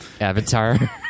Avatar